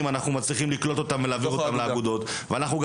עם כל מי שרוצה לעשות טוב לספורט הישראלי